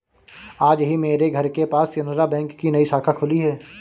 आज ही मेरे घर के पास केनरा बैंक की नई शाखा खुली है